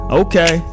okay